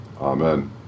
Amen